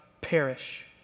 perish